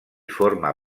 forma